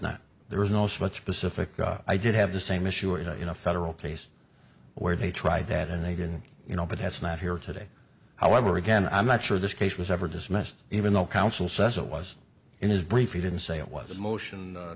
not there is no such specific i did have the same issue in a federal case where they tried that and they didn't you know but that's not here today however again i'm not sure this case was ever dismissed even though counsel says it was in his brief he didn't say it was a motion